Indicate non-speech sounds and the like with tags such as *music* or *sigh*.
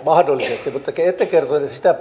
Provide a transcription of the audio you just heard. *unintelligible* mahdollisesti mutta ette kertonut sitä